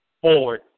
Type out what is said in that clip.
forward